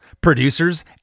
producers